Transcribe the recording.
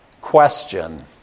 question